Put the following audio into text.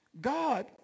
God